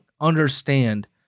understand